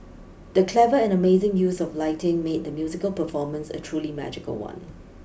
the clever and amazing use of lighting made the musical performance a truly magical one